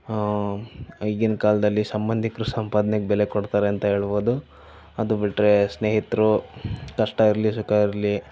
ಈಗಿನ ಕಾಲದಲ್ಲಿ ಸಂಬಂಧಿಕರು ಸಂಪಾದನೆಗೆ ಬೆಲೆ ಕೊಡ್ತಾರೆ ಅಂತ ಹೇಳ್ಬೋದು ಅದು ಬಿಟ್ಟರೆ ಸ್ನೇಹಿತರು ಕಷ್ಟ ಇರಲಿ ಸುಖ ಇರಲಿ